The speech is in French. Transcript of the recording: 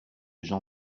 jean